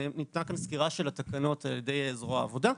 ניתנה כאן סקירה של התקנות על ידי זרוע העבודה,